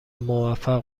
موفق